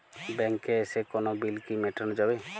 ব্যাংকে এসে কোনো বিল কি মেটানো যাবে?